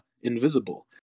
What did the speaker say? invisible